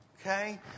Okay